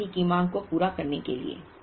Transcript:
उस अवधि की मांग को पूरा करने के लिए